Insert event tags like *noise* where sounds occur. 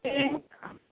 *unintelligible*